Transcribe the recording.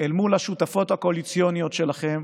אל מול השותפות הקואליציוניות שלכם,